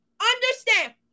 understand